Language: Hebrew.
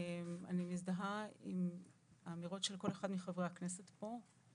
אני מזדהה עם האמירות של כל אחד מחברי הכנסת פה,